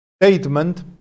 statement